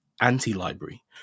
anti-library